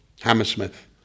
Hammersmith